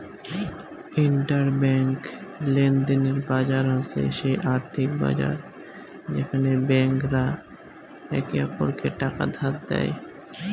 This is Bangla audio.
ইন্টার ব্যাঙ্ক লেনদেনের বাজার হসে সেই আর্থিক বাজার যেখানে ব্যাংক রা একে অপরকে টাকা ধার দেই